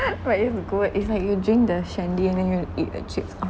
but if you go if like you drink the shandy and then you eat the chips oh